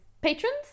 Patrons